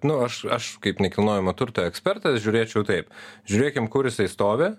nu aš aš kaip nekilnojamo turto ekspertas žiūrėčiau taip žiūrėkim kur jisai stovi